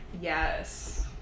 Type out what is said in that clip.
Yes